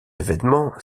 évènement